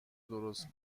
درست